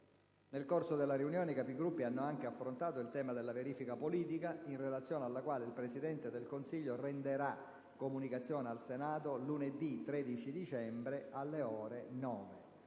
Nel corso della riunione i Capigruppo hanno anche affrontato il tema della verifica politica, in relazione alla quale il Presidente del Consiglio renderà comunicazioni al Senato lunedì 13 dicembre alle ore 9.